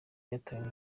yatawe